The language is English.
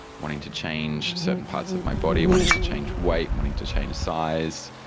wanting to change certain parts of my body, wanting to change weight, wanting to change size,